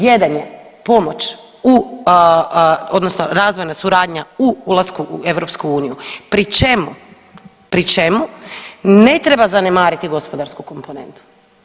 Jedan je pomoć u odnosno razvojna suradnja u ulasku u EU pri čemu, pri čemu ne treba zanemariti gospodarsku komponentu.